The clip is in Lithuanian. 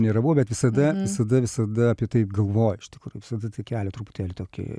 nėra buvę bet visada visada visada apie tai galvoji iš tikrųjų visada tai kelia truputėlį tokį